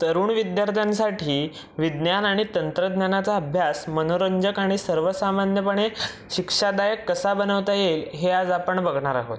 तरुण विद्यार्थ्यांसाठी विज्ञान आणि तंत्रज्ञानाचा अभ्यास मनोरंजक आणि सर्वसामान्यपणे शिक्षादायक कसा बनवता येईल हे आज आपण बघणार आहोत